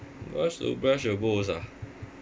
blush the most ah